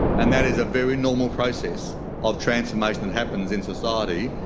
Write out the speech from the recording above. and that is a very normal process of transformation that happens in society,